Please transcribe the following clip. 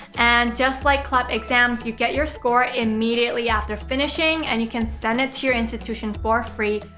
and just like clep exams, you get your score immediately after finishing and you can send it to your institution for free,